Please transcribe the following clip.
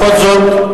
בכל זאת,